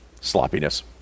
sloppiness